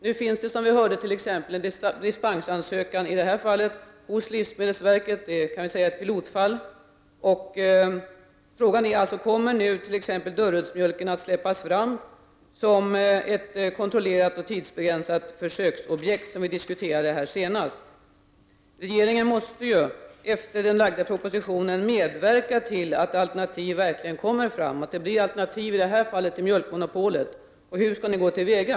Nu finns det, som vi hörde, t.ex. en dispensansökan i detta fall hos livsmedelsverket, och det kan sägas vara ett pilotfall. Frågan är alltså: Kommer nu t.ex. Dörrödsmjölken att släppas fram som ett kontrollerat och tidsbegränsat försöksobjekt, som vi diskuterade här senast? Regeringen måste ju, efter den framlagda propositionen, medverka till att alternativ verkligen kommer fram, i detta fall alternativ till mjölkmonopolet. Hur skall regeringen gå till väga?